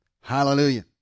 Hallelujah